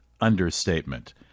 understatement